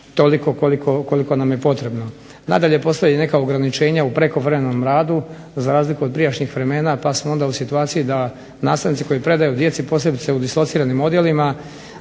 toliko koliko nam je potrebno. Nadalje postoje i neka ograničenja u prekovremenom radu, za razliku od prijašnjih vremena, pa smo onda u situaciji da nastavnici koji predaju djeci, posebice u dislociranim odjelima